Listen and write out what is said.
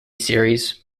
series